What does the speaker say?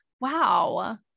wow